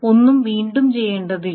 ഒന്നും വീണ്ടും ചെയ്യേണ്ടതില്ല